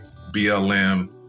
BLM